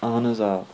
اَہَن حظ آ